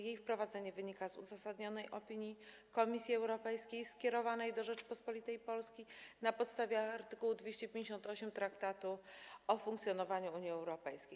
Jej wprowadzenie wynika z uzasadnionej opinii Komisji Europejskiej skierowanej do Rzeczypospolitej Polskiej na podstawie art. 258 Traktatu o funkcjonowaniu Unii Europejskiej.